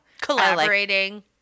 collaborating